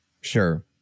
Sure